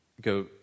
go